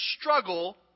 struggle